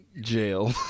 Jail